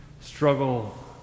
struggle